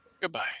Goodbye